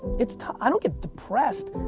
it's tough, i don't get depressed,